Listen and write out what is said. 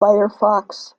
firefox